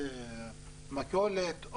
מכולת,